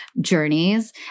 journeys